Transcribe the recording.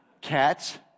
Cats